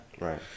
Right